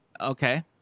Okay